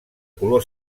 color